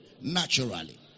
naturally